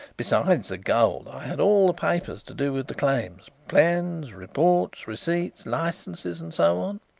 besides the gold, i had all the papers to do with the claims plans, reports, receipts, licences and so on.